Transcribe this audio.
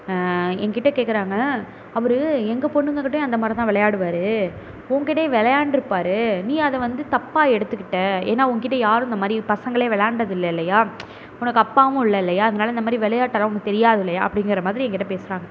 எங்கிட்டே கேக்கிறாங்க அவர் எங்கள் பொண்ணுங்ககிட்டேயும் அந்த மாதிரிதான் விளையாடுவாரு உங்கிட்டேயும் விளையாண்டுருப்பாரு நீ அதை வந்து தப்பாக எடுத்துக்கிட்டே ஏன்னா உங்கிட்ட யாரும் இந்தமாதிரி பசங்களே விளையாண்டது இல்லை இல்லையா உனக்கு அப்பாவும் இல்லை இல்லையா அதனால் இந்த மாதிரி விளையாட்டெல்லாம் உனக்கு தெரியாது இல்லையா அப்படிங்கிற மாதிரி எங்கிட்டே பேசுகிறாங்க